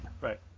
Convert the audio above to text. Right